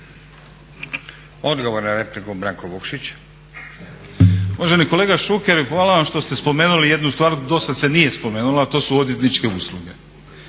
Vukšić. **Vukšić, Branko (Nezavisni)** Uvaženi kolega Šuker, hvala vam što ste spomenuli jednu stvar, dosad se nije spomenula, a to su odvjetničke usluge.